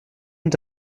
und